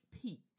peak